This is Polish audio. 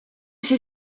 się